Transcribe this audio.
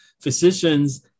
physicians